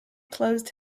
closed